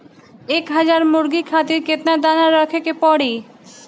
एक हज़ार मुर्गी खातिर केतना दाना रखे के पड़ी?